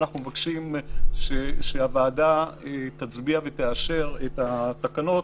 אנחנו מבקשים שהוועדה תצביע ותאשר את התקנות